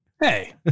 Hey